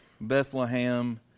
Bethlehem